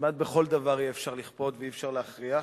כמעט בכל דבר אי-אפשר לכפות ואי-אפשר להכריח.